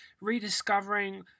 Rediscovering